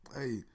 Hey